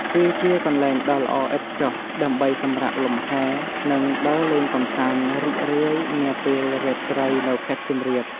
វាជាកន្លែងដ៏ល្អឥតខ្ចោះដើម្បីសម្រាកលំហែ និងដើរលេងកម្សាន្តរីករាយនាពេលរាត្រីនៅខេត្តសៀមរាប។